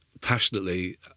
passionately